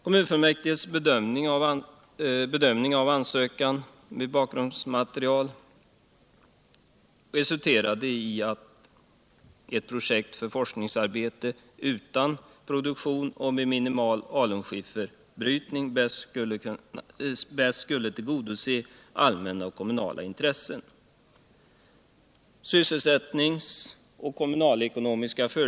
Kommunfullmäktiges bedömning av ansökan med bakgrundsmatcerial resulterade i att ett projekt för forskningsarbete utan produktion och med minimal alunskifferbrytning bäst skulle tillgodose allmänna och kommunala intressen.